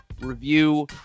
review